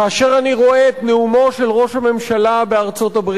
כאשר אני רואה את נאומו של ראש הממשלה בארצות-הברית,